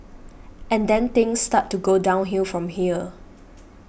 and then things start to go downhill from here